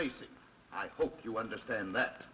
racing i hope you understand that